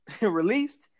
released